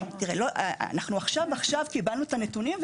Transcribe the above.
אנחנו עכשיו-עכשיו קיבלנו את הנתונים,